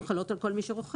הן חלות על כל מי שרוכב.